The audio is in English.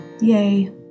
yay